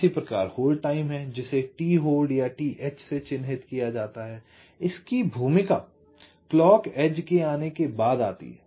इसी प्रकार hold time है जिसे t होल्ड या t h से चिन्हित किया जाता है इसकी भूमिका क्लॉक एज आने के बाद आती है